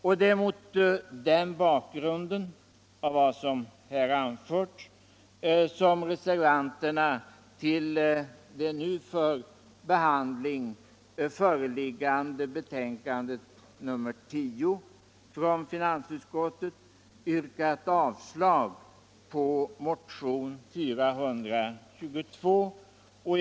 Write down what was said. Det är mot bakgrund av det anförda som reservanterna till det nu för behandling föreliggande betänkandet nr 10 från finansutskottet har yrkat avslag på motionen 422. Herr talman!